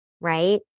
Right